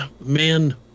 man